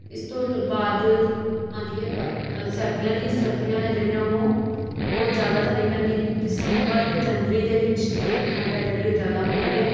ਇਸ ਤੋਂ ਲ ਬਾਅਦ ਆਉਂਦੀ ਹੈ ਪਤ ਸਰਦੀਆਂ ਦੀ ਸਰਦੀਆਂ ਹੈ ਜਿਹੜੀਆਂ ਉਹ ਬਹੁਤ ਜ਼ਿਆਦਾ ਤਾਂ ਨਹੀਂ ਪੈਂਦੀ ਦਿਸੰਬਰ ਅਤੇ ਜਨਵਰੀ ਦੇ ਵਿੱਚ ਥੋੜ੍ਹੀ ਠੰਡ ਹੈ ਜਿਹੜੀ ਉਹ ਜ਼ਿਆਦਾ ਹੁੰਦੀ ਹੈ